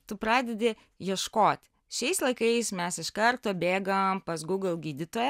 tu pradedi ieškoti šiais laikais mes iš karto bėgam pas google gydytoją